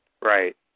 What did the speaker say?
Right